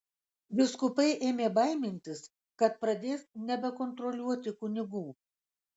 vyskupai ėmė baimintis kad pradės nebekontroliuoti kunigų